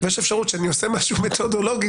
ויש אפשרות שאני עושה משהו מתודולוגי,